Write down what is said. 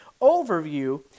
overview